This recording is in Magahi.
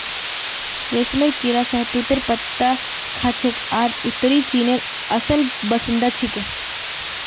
रेशमेर कीड़ा शहतूतेर पत्ता खाछेक आर उत्तरी चीनेर असल बाशिंदा छिके